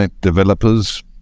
developers